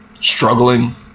struggling